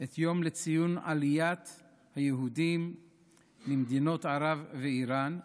את יום ציון עליית היהודים ממדינות ערב ואיראן.